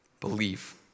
Believe